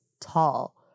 tall